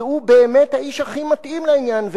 אז הוא באמת האיש הכי מתאים לעניין,